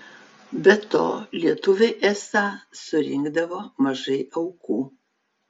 be to lietuviai esą surinkdavo mažai aukų